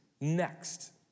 next